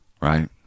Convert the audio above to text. Right